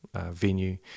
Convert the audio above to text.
Venue